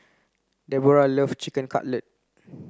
Deborah loves Chicken Cutlet